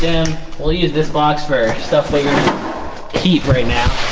them will use this box for stuff later heat right now